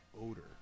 odor